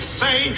say